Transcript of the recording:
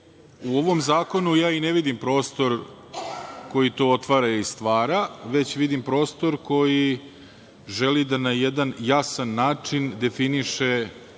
U ovom zakonu ja i ne vidim prostor koji to otvara i stvara, već vidim prostor koji želi da na jedan jasan način definiše,